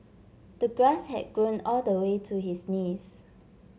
the grass had grown all the way to his knees